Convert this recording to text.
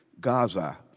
Gaza